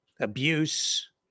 abuse